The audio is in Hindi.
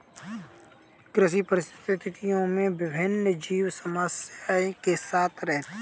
कृषि पारिस्थितिकी में विभिन्न जीव सामंजस्य के साथ रहते हैं